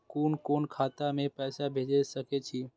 कुन कोण खाता में पैसा भेज सके छी?